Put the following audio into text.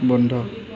বন্ধ